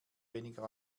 weniger